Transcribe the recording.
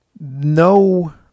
No